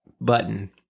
button